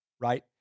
right